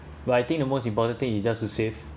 but I think the most important thing is just to save